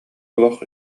олох